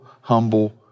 humble